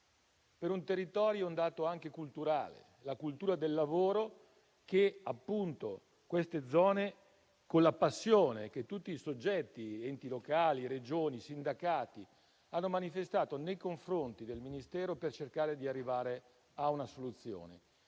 per un territorio essa è un dato anche culturale, proprio della cultura del lavoro di queste zone, con la passione che tutti i soggetti, enti locali, Regioni, sindacati, hanno manifestato nei confronti del Ministero per cercare di arrivare a una soluzione